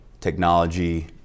technology